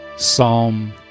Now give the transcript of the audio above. Psalm